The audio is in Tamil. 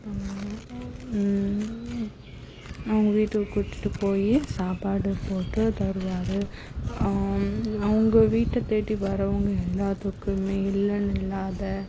அவங்க வீட்டுக்கு கூட்டுகிட்டு போய் சாப்பாடு போட்டு தருவார் அவங்க வீட்டை தேடி வரவங்க எல்லாத்துக்குமே இல்லைன்னு இல்லாத